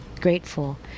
grateful